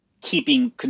keeping